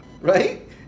right